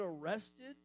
arrested